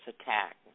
attack